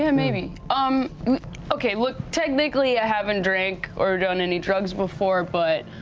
yeah maybe. um okay, look, technically i haven't drank or done any drugs before, but